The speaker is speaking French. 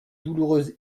douloureuse